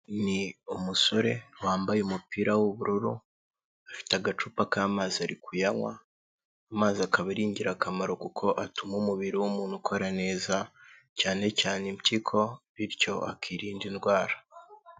Ni umusore wambaye umupira w'ubururu afite agacupa k'amazi ari kuyanywa, amazi akaba ari ingirakamaro kuko atuma umubiri w'umuntu ukora neza cyane cyane impyiko bityo akirinda indwara.